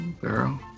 girl